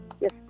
Yes